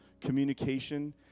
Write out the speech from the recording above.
communication